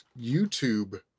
YouTube